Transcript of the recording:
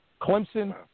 Clemson